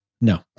no